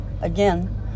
Again